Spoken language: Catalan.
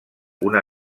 una